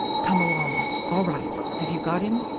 come along. all right! have you got him?